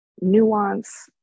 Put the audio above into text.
nuance